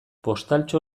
postaltxo